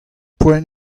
poent